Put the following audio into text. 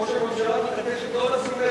או שהממשלה מתעקשת לא לשים לב למה,